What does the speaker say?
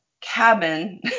cabin